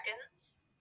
seconds